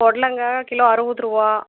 பொடலங்காய் கிலோ அறுபதுருவா